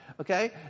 okay